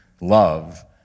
love